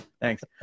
Thanks